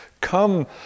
come